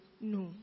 no